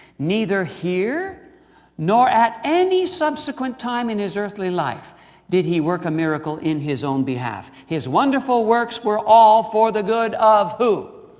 neither here nor at any subsequent time in his earthly life did he work a miracle in his own behalf. his wonderful works were all for the good of, who.